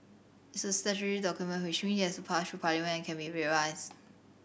it's a statutory document which means it has to pass through Parliament and can be revised